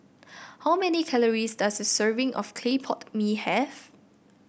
how many calories does a serving of Clay Pot Mee have